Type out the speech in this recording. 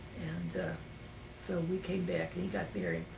and so we came back and he got married.